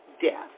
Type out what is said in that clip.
death